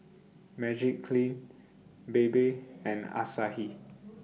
Magiclean Bebe and Asahi